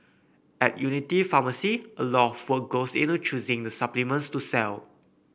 at Unity Pharmacy a lot of work goes into choosing the supplements to sell